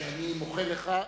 שאני מוחל לך,